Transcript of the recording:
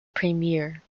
premiere